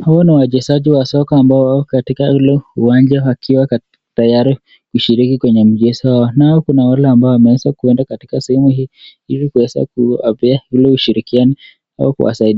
Hawa ni wachezaji wa soka ambao wako katika ile uwanja wakiwa tayari kushiriki kwenye mchezo, nao kuna wale ambao wameweza kuenda katika sehemu hii hili kuweza kuwapea ili washirikiane